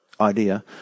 idea